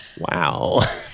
wow